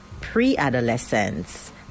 pre-adolescents